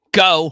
go